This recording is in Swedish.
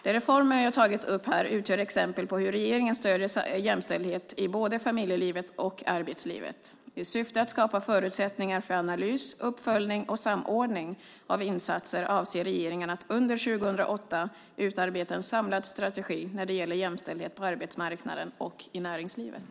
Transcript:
De reformer jag tagit upp här utgör exempel på hur regeringen stöder jämställdhet i både familjelivet och arbetslivet. I syfte att skapa förutsättningar för analys, uppföljning och samordning av insatser avser regeringen att under 2008 utarbeta en samlad strategi när det gäller jämställdhet på arbetsmarknaden och i näringslivet.